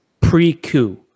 pre-coup